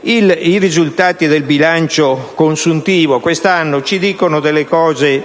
i risultati del bilancio consuntivo quest'anno ci dicono delle cose